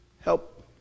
Help